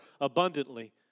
abundantly